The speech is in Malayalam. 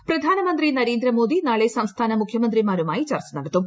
ചർച്ച പ്രധാനമന്ത്രി നരേന്ദ്രമോദി നാളെ സംസ്ഥാന മുഖ്യമന്ത്രിമാരുമായി ചർച്ച നടത്തും